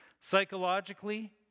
psychologically